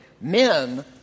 men